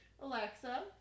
Alexa